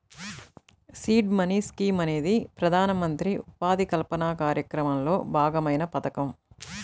seed money scheme అనేది ప్రధానమంత్రి ఉపాధి కల్పన కార్యక్రమంలో భాగమైన పథకం